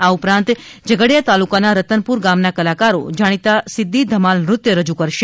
આ ઉપરાંત ઝગડિયા તાલુકાના રતનપુર ગામના કલાકારો જાણીતા સિદ્દી ધમાલ નૃત્ય રજુ કરશે